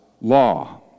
law